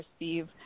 receive